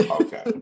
Okay